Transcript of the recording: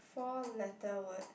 four letter word